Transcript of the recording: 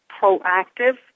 proactive